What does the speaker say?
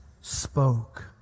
Spoke